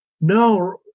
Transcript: No